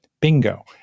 bingo